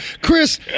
Chris